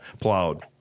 plowed